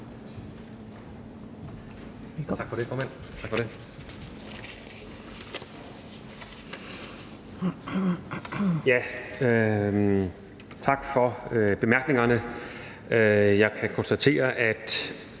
Tak for det, formand. Nu stod jeg